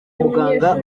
muganga